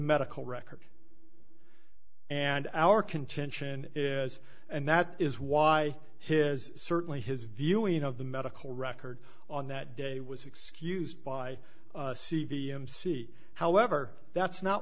medical record and our contention is and that is why his certainly his viewing of the medical record on that day was excused by c v m c however that's not